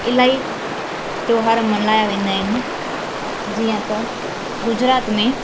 इलाही त्योहार मल्हायो वेंदा आहिनि जीअं त गुजरात में